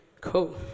Cool